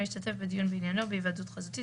בהיוועדות חזותית